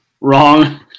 wrong